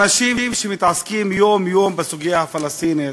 אנשים שמתעסקים יום-יום בסוגיה הפלסטינית,